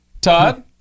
Todd